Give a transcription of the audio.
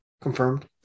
Confirmed